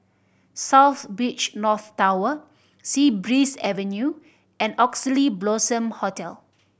South Beach North Tower Sea Breeze Avenue and Oxley Blossom Hotel